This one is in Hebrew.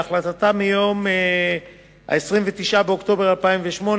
בהחלטתה מ-29 באוקטובר 2008,